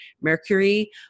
Mercury